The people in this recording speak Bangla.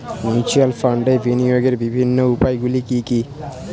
মিউচুয়াল ফান্ডে বিনিয়োগের বিভিন্ন উপায়গুলি কি কি?